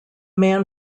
man